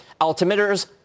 Altimeter's